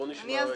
בוא נשמע.